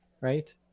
right